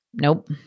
Nope